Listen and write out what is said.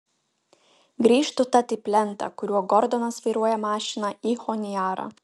grįžtu tad į plentą kuriuo gordonas vairuoja mašiną į honiarą